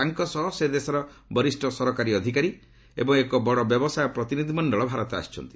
ତାଙ୍କ ସହ ସେ ଦେଶର ବରିଷ୍ଠ ସରକାରୀ ଅଧିକାରୀ ଏବଂ ଏକ ବଡ ବ୍ୟବସାୟ ପ୍ରତିନିଧିମଞ୍ଜଳ ଭାରତ ଆସିଛନ୍ତି